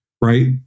right